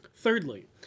Thirdly